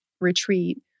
retreat